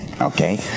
Okay